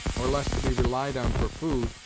or less to be relied on for food,